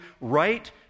right